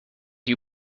you